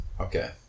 okay